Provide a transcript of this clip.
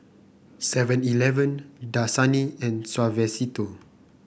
Seven Eleven Dasani and Suavecito